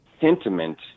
sentiment